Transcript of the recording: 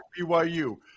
BYU